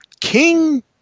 King